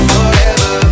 Forever